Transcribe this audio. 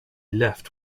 left